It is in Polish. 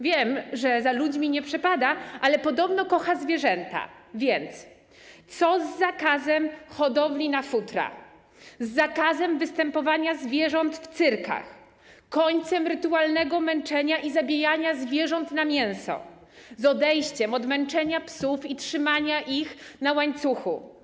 Wiem, że za ludźmi nie przepada, ale podobno kocha zwierzęta, więc: Co z zakazem hodowli na futra, z zakazem występowania zwierząt w cyrkach, z końcem rytualnego męczenia i zabijania zwierząt na mięso, z odejściem od męczenia psów i trzymania ich na łańcuchu?